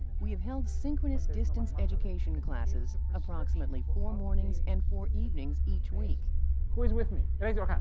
we have held synchronous distance education classes, approximately four mornings and four evenings each week who is with me? raise your hand.